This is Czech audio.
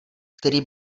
který